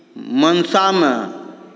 मंशामे